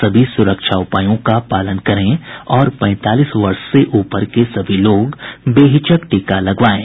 सभी सुरक्षा उपायों का पालन करें और पैंतालीस वर्ष से ऊपर के सभी लोग बेहिचक टीका लगवाएं